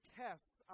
tests